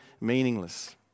meaningless